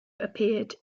appeared